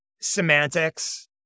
semantics